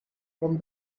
from